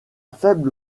faible